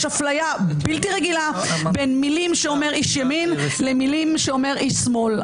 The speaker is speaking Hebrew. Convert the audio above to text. יש אפליה בלתי רגילה בין מילים שאומר איש ימין למילים שאומר איש שמאל.